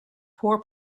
poor